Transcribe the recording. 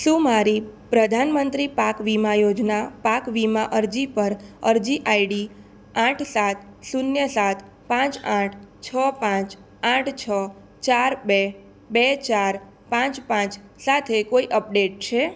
શું મારી પ્રધાનમંત્રી પાક વીમા યોજના પાક વીમા અરજી પર અરજી આઈડી આઠ સાત શૂન્ય સાત પાંચ આઠ છ પાંચ આઠ છ ચાર બે બે ચાર પાંચ પાંચ સાથે કોઈ અપડેટ છે